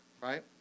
right